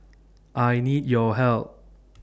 I need your help